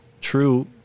true